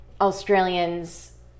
australians